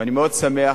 ואני מאוד שמח